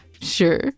Sure